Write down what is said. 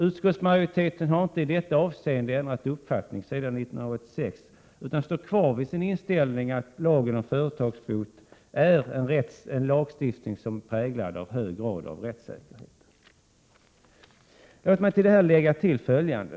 Utskottets majoritet har inte ändrat uppfattning i detta avseende sedan 1986. Den står kvar vid sin inställning om att lagen om företagsbot är en lagstiftning som är präglad av en hög grad av rättssäkerhet. Låt mig till detta lägga till följande.